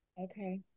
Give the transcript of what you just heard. Okay